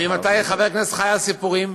ממתי חבר כנסת חי על סיפורים?